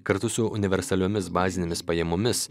kartu su universaliomis bazinėmis pajamomis